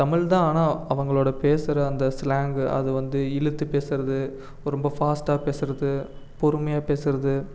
தமிழ் தான் ஆனால் அவங்களோட பேசுகிற அந்த ஸ்லாங்கு அது வந்து இழுத்து பேசுகிறது ரொம்ப ஃபாஸ்ட்டாக பேசுகிறது பொறுமையாக பேசுகிறது